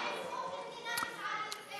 אין זכות למדינה גזענית.